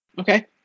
Okay